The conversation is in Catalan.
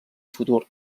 futur